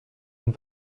ont